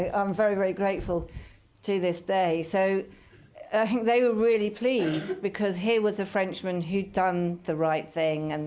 ah i'm very, very grateful to this day. so they were really pleased. because here was a frenchman who'd done the right thing, and